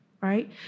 right